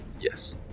Yes